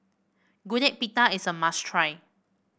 Gudeg Putih is a must try